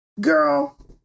Girl